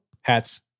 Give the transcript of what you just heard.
hats